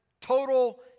total